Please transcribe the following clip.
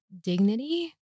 dignity